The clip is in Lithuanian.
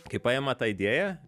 kai paima tą idėją